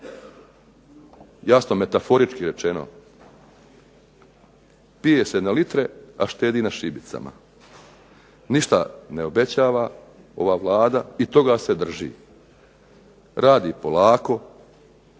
jasno metaforički rečeno. "Pije se na litre, a štedi na šibicama. Ništa ne obećava ova Vlada i toga se drži. Radi polako